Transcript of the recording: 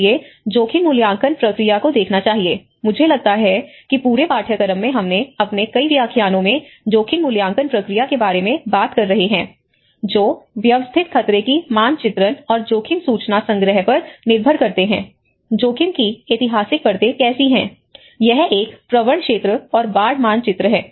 इसलिए जोखिम मूल्यांकन प्रक्रिया को देखना चाहिए मुझे लगता है कि पूरे पाठ्यक्रम में हम अपने कई व्याख्यानों में जोखिम मूल्यांकन प्रक्रिया के बारे में बात कर रहे हैं जो व्यवस्थित खतरे की मानचित्रण और जोखिम सूचना संग्रह पर निर्भर करते हैं जोखिम की ऐतिहासिक परतें कैसी हैं यह एक प्रवण क्षेत्र और बाढ़ मानचित्र है